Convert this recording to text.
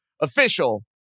official